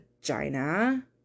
vagina